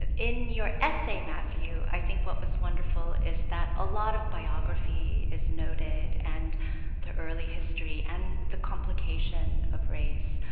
in your essay, matthew, i think what was wonderful is that a lot of biography is noted and the early history and the complication of race.